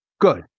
Good